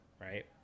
right